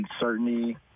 uncertainty